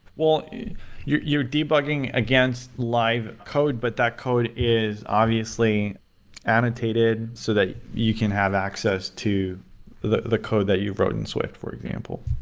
you're you're debugging against live code, but that code is obviously annotated, so that you can have access to the the code that you've wrote in swift, for example.